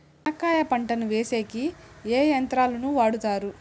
చెనక్కాయ పంటను వేసేకి ఏ యంత్రాలు ను వాడుతారు?